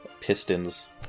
pistons